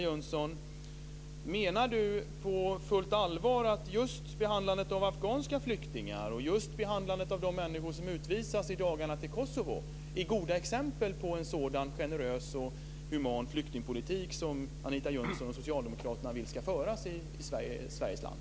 Jönsson på fullt allvar att just behandlat av afghanska flyktingar och behandlandet av de människor som i dagarna utvisas till Kosovo är goda exempel på en sådan generös och human flyktingpolitik som Anita Jönsson och socialdemokraterna vill ska föras i Sveriges land?